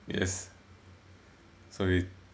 yes so with